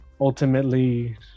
ultimately